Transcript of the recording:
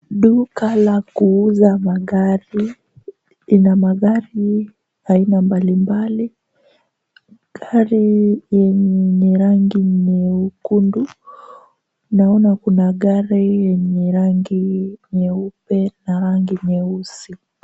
Duka la kuuza magari. Ina magari aina mbalimbali. Gari yenye rangi nyekundu. Naona kuna gari yenye rangi nyeupe na rangi nyeusi.